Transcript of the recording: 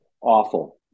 awful